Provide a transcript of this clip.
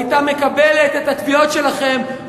היתה מקבלת את התביעות שלכם,